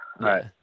right